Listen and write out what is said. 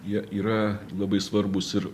jie yra labai svarbūs ir